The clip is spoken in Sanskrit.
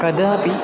कदापि